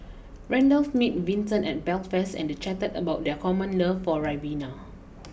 Randolph meet Vinton in Belfast and they chatted about their common love for Ribena